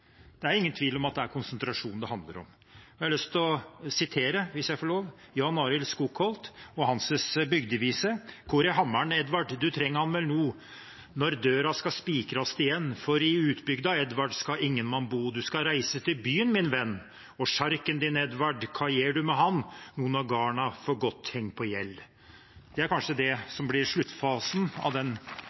Det er ingen tvil om at det er konsentrasjon det handler om. Jeg har lyst til å sitere, hvis jeg får lov, Jahn-Arill Skogholt og hans Bygdevise: «Kor e hammaren, Edvard, du treng han vel no når døra skal spikrast igjen? For i utbygda, Edvard, skal ingen mann bo. Du skal reise til byen, min venn. Og sjarken din, Edvard, ka gjer du med han nu når garna for godt heng på hjell?» Det er kanskje det som blir sluttfasen av den